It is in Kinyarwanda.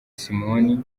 simoni